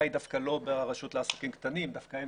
היא לא ברשות לעסקים קטנים שדווקא הם